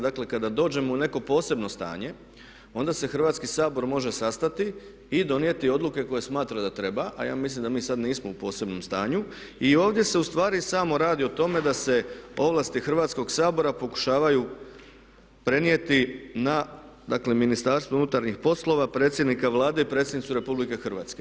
Dakle kada dođemo u neko posebno stanje onda se Hrvatski sabor može sastati i donijeti odluke koje smatra da treba a ja mislim da mi sada nismo u posebnom stanju i ovdje se ustavi samo radi o tome da se ovlasti Hrvatskoga sabora pokušavaju prenijeti na dakle Ministarstvo unutarnjih poslova, predsjednika Vlade i predsjednicu Republike Hrvatske.